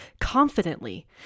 confidently